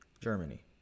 Germany